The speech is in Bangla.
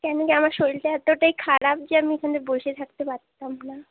কেন কি আমার শরীলটা এতোটাই খারাপ যে আমি এখানে বসে থাকতে পারতাম না